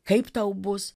kaip tau bus